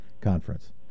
conference